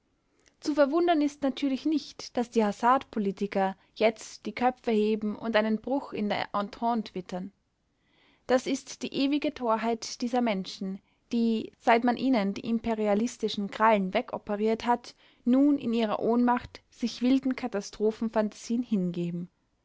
zu verwundern ist natürlich nicht daß die hasardpolitiker jetzt die köpfe heben und einen bruch in der entente wittern das ist die ewige torheit dieser menschen die seit man ihnen die imperialistischen krallen wegoperiert hat nun in ihrer ohnmacht sich wilden katastrophenphantasien hingeben